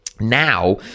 now